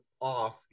off